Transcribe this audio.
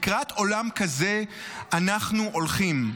לקראת עולם כזה אנחנו הולכים.